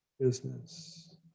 business